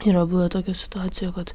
yra buvę tokia situacija kad